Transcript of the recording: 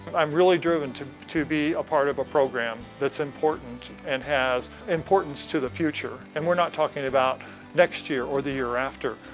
i'm really driven to to be a part of a program that's important and has importance to the future. and we're not talking about next year or the year after,